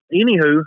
anywho